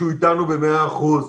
שהוא איתנו במאה אחוז,